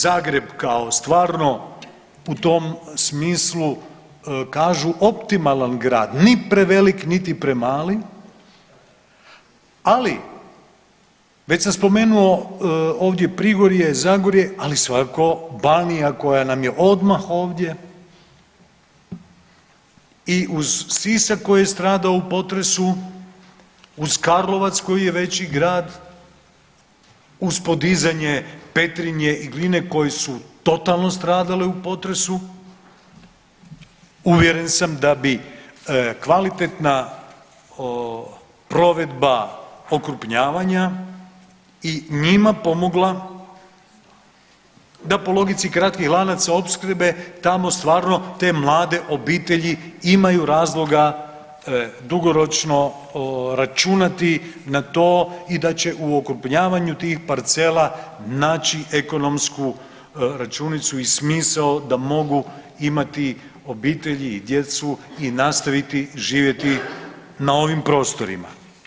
Zagreb kao stvarno u tom smislu kažu optimalan grad, ni prevelik, niti premali, ali već sam spomenuo ovdje Prigorje, Zagorje, ali svakako Banija koja nam je odmah ovdje i uz Sisak koji je stradao u potresu, uz Karlovac koji je veći grad, uz podizanje Petrinje i Gline koji su totalno stradali u potresu uvjeren sam da bi kvalitetna provedba okrupnjavanja i njima pomogla da po logici kratkih lanaca opskrbe tamo stvarno te mlade obitelji imaju razloga dugoročno računati na to i da će u okrupnjavanju tih parcela naći ekonomsku računicu i smisao da mogu imati obitelji i djecu i nastaviti živjeti na ovim prostorima.